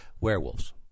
werewolves